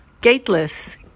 gateless